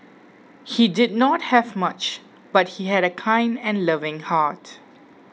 he did not have much but he had a kind and loving heart